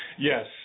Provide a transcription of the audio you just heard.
Yes